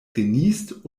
geniest